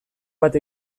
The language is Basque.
bat